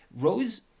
Rose